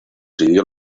siguió